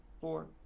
four